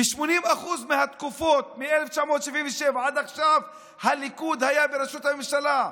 ב-80% מהתקופות מ-1977 עד עכשיו הליכוד היה בראשות הממשלה.